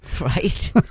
right